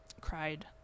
cried